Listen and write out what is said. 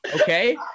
okay